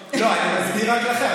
לא, אני מסביר רק לכם.